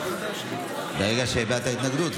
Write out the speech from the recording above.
ברגע שהבעת התנגדות,